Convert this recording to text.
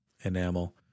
enamel